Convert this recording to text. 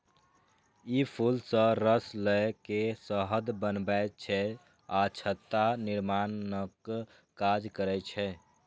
ई फूल सं रस लए के शहद बनबै छै आ छत्ता निर्माणक काज करै छै